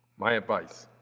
my advice,